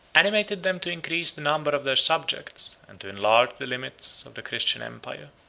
animated them to increase the number of their subjects, and to enlarge the limits of the christian empire.